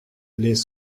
les